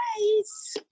Nice